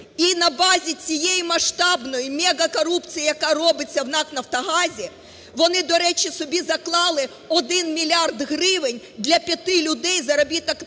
і на базі цієї масштабної мегакорупції, яка робиться в НАК "Нафтогазі", вони, до речі, собі заклали 1 мільярд гривень для п'яти людей заробітна